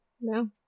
No